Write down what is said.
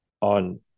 on